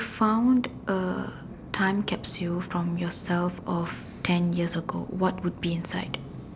found a time capsule from yourself of ten years ago what would be inside